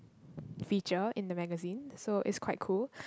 feature in the magazine so it's quite cool